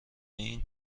این